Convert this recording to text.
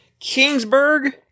Kingsburg